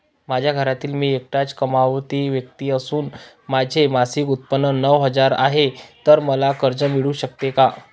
माझ्या घरातील मी एकटाच कमावती व्यक्ती असून माझे मासिक उत्त्पन्न नऊ हजार आहे, तर मला कर्ज मिळू शकते का?